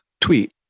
tweet